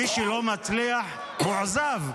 מי שלא מצליח, מועזב.